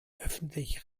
öffentlich